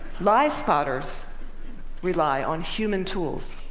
liespotters rely on human tools.